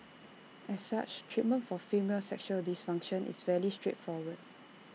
as such treatment for female sexual dysfunction is rarely straightforward